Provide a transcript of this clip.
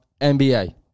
NBA